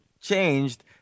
changed